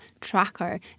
tracker